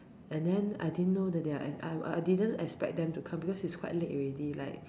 and then I didn't know that I I didn't expect them to come because its quite late already like